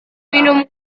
minum